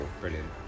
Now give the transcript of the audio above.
Brilliant